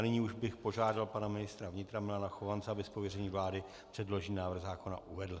Nyní už bych požádal pana ministra vnitra Milana Chovance, aby z pověření vlády předložený návrh zákona uvedl.